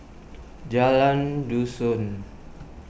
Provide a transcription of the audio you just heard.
Jalan Dusun